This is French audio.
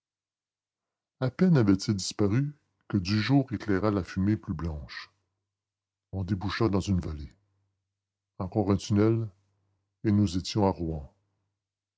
à peine avait-il disparu que du jour éclaira la fumée plus blanche on déboucha dans une vallée encore un tunnel et nous étions à rouen